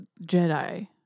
Jedi